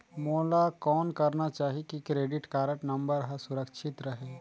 मोला कौन करना चाही की क्रेडिट कारड नम्बर हर सुरक्षित रहे?